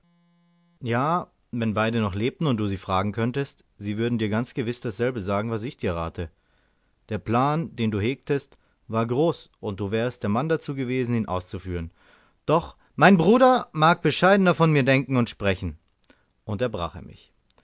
ja wenn beide noch lebten und du sie fragen könntest sie würden dir ganz gewiß dasselbe sagen was ich dir rate der plan den du hegtest war groß und du wärest der mann dazu gewesen ihn auszuführen doch mein bruder mag bescheidener von mir denken und sprechen unterbrach er mich